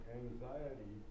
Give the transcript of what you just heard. anxiety